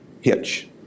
hitch